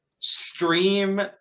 stream